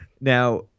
Now